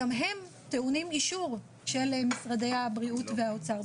גם הם טעונים אישור של משרדי הבריאות והאוצר.